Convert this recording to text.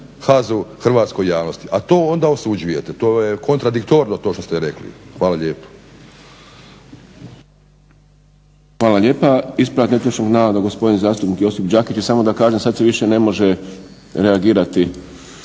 HAZU hrvatskoj javnosti, a to onda osuđujete. To je kontradiktorno to što ste rekli. Hvala lijepo. **Šprem, Boris (SDP)** Hvala lijepa. Ispravak netočnog navoda, gospodin zastupnik Josip Đakić. I samo da kažem, sad se više ne može reagirati